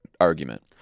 argument